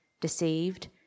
deceived